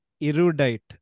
erudite